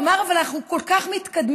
הוא אמר: אבל אנחנו כל כך מתקדמים.